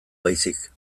baizik